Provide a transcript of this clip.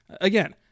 again